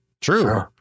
True